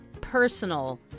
personal